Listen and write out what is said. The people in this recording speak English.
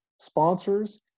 sponsors